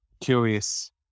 curious